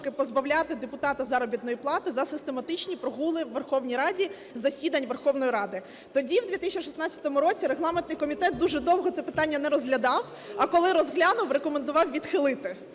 позбавляти депутата заробітної плати за систематичні прогули у Верховній Раді, засідань Верховної Ради. Тоді в 2016 році регламентний комітет дуже довго це питання не розглядав, а коли розглянув, рекомендував відхилити